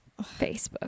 Facebook